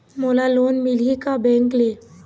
मोला लोन मिलही का बैंक ले?